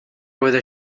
whether